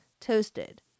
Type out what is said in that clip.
Toasted